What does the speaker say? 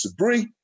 Sabri